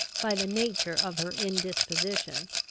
by the nature of her indisposition,